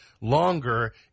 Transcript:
longer